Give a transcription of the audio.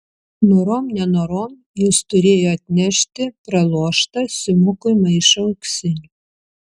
norom nenorom jis turėjo atnešti praloštą simukui maišą auksinių